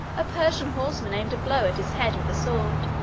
a persian horseman aimed a blow at his head with a sword.